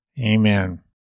Amen